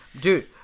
Dude